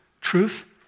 truth